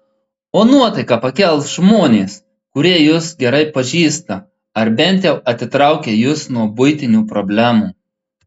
o nuotaiką pakels žmonės kurie jus gerai pažįsta ar bent jau atitraukia jus nuo buitinių problemų